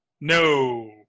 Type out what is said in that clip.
No